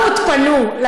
400 פנו.